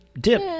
dip